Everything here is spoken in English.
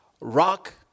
rock